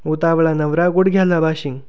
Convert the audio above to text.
उतावळा नवरा गुडघ्याला बाशिंग